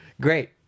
great